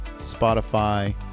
Spotify